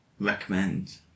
Recommend